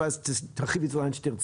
ואז תרחיבי על דברים שתרצי.